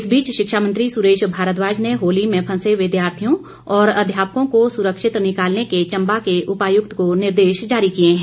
इस बीच शिक्षा मंत्री सुरेश भारद्वाज ने होली में फंसे विद्यार्थियों और अध्यापकों को सुरक्षित निकालने के चम्बा के उपायुक्त को निर्देश जारी किए है